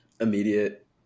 immediate